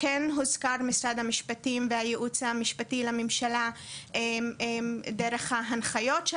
כן הוזכר משרד המשפטים והייעוץ המשפטי לממשלה דרך ההנחיות של